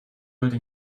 einmal